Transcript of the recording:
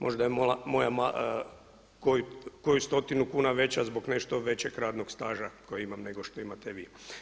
Možda je moja koju stotinu kuna veća zbog nešto većeg radnog staža koji imam nego što imate vi.